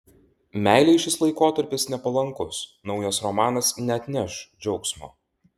meilei šis laikotarpis nepalankus naujas romanas neatneš džiaugsmo